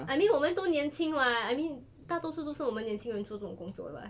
I mean 我们都年轻 [what] I mean 大多数都是我们年轻人做这种工作的 [what]